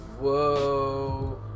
Whoa